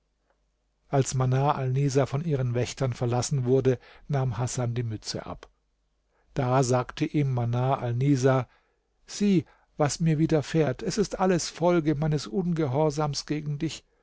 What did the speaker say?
als manar alnisa von ihren wächtern verlassen wurde nahm hasan die mütze ab da sagte ihm manar alnisa sieh was mir widerfährt es ist alles folge meines ungehorsams gegen dich